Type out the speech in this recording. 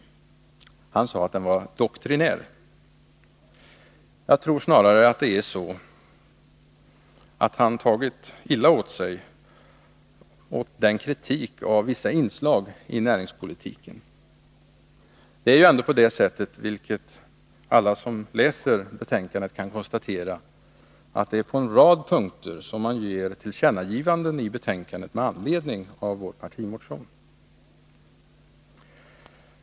Han sade att den var doktrinär. Jag tror snarare att det är så, att han tagit illa vid sig av kritiken mot vissa inslag i näringspolitiken. Det är ju ändå så, vilket alla som läser betänkandet kan konstatera, att på en rad punkter gör utskottet tillkännagivanden med anledning av vår partimotion.